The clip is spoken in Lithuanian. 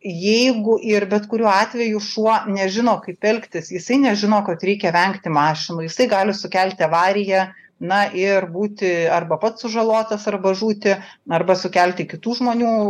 jeigu ir bet kuriuo atveju šuo nežino kaip elgtis jisai nežino kad reikia vengti mašinų jisai gali sukelti avariją na ir būti arba pats sužalotas arba žūti arba sukelti kitų žmonių